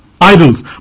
idols